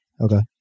Okay